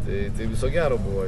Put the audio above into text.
tai tai viso gero buvo